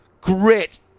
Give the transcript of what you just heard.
great